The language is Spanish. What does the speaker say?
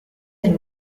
del